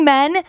Men